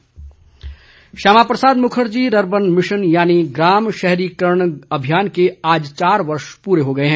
Shyama Prasad Mukherjee Shyama Prasad Mukherjee rurban mission यानी ग्राम शहरीकरण अभियान के आज चार वर्ष पूरे हो गए हैं